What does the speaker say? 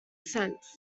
sense